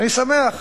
אני שמח,